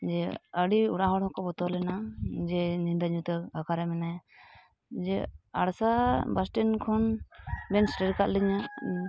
ᱡᱮ ᱟᱹᱰᱤ ᱚᱲᱟᱜᱦᱚᱲ ᱦᱚᱸᱠᱚ ᱵᱚᱛᱚᱨ ᱞᱮᱱᱟ ᱡᱮ ᱧᱤᱫᱟᱹ ᱧᱩᱛᱟᱹ ᱚᱠᱟᱨᱮ ᱢᱮᱱᱟᱭᱟ ᱡᱮ ᱟᱲᱥᱟ ᱵᱟᱥᱴᱮᱱᱰ ᱠᱷᱚᱱᱵᱮᱱ ᱥᱮᱴᱮᱨ ᱟᱠᱟᱫ ᱞᱤᱧᱟᱹ